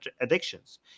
addictions